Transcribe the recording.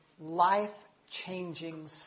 life-changing